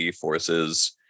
forces